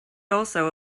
also